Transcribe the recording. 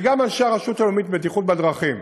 וגם אנשי הרשות הלאומית לבטיחות בדרכים.